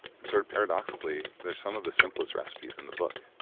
and sort of paradoxically, they're some of the simplest recipes in the book.